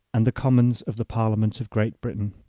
and the commons of the parliament of great britain.